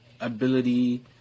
ability